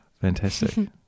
Fantastic